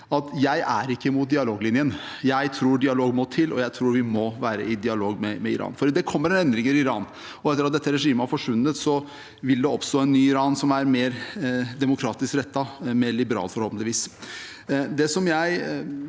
jeg ikke er imot dialoglinjen. Jeg tror dialog må til, og jeg tror vi må være i dialog med Iran, for det kommer endringer i Iran. Etter at dette regimet har forsvunnet, vil det oppstå et nytt Iran som er mer demokratisk rettet og mer liberalt, forhåpentligvis.